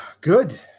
good